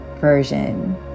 version